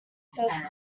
first